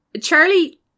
charlie